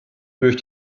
durch